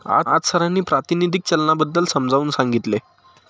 आज सरांनी प्रातिनिधिक चलनाबद्दल समजावून सांगितले